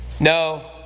No